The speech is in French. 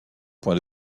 point